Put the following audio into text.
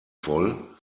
voll